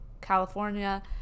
California